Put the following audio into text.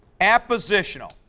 appositional